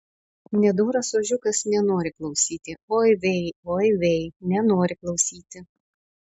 nedoras ožiukas nenori klausyti oi vei oi vei nenori klausyti